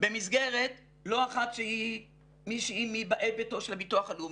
במסגרת לא אחת שהיא מישהי מבאי ביתו של הביטוח הלאומי,